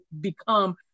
become